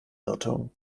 irrtum